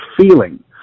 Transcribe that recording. feeling